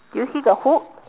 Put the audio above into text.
do you see the hook